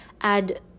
add